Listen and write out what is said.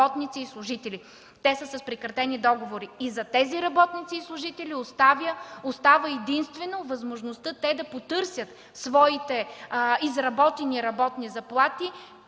Те са с прекратени договори. За тези работници и служители остава единствено възможността да потърсят своите изработени работни заплати